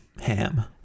ham